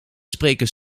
spreken